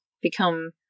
become